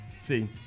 See